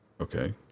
Okay